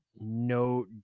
no